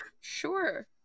Sure